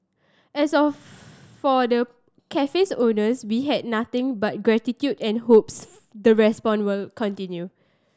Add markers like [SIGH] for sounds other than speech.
as of [UNINTELLIGIBLE] for the cafe's owners be had nothing but gratitude and hopes the response will continue